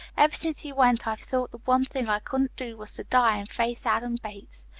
ever since he went i've thought the one thing i couldn't do was to die and face adam bates,